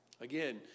Again